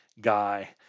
guy